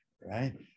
right